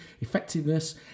effectiveness